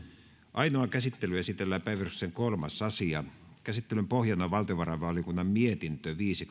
ainoaan käsittelyyn esitellään päiväjärjestyksen kolmas asia käsittelyn pohjana on valtiovarainvaliokunnan mietintö viisi